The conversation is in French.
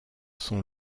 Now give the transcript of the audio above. sont